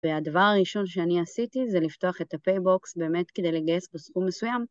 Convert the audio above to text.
והדבר הראשון שאני עשיתי זה לפתוח את הפייבוקס באמת כדי לגייס בסכום מסוים